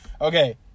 Okay